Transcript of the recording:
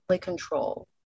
control